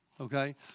okay